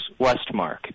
Westmark